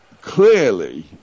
clearly